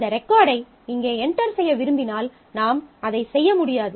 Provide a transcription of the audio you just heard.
அந்த ரெக்கார்டை இங்கே என்டர் செய்ய விரும்பினால் நாம் அதை செய்ய முடியாது